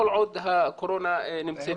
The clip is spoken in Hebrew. כל עוד הקורונה אתנו.